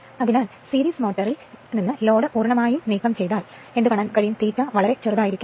അതിനാൽ സീരീസ് മോട്ടോറിൽ നിന്ന് ലോഡ് പൂർണ്ണമായും നീക്കം ചെയ്താൽ ∅ വളരെ ചെറുതാകും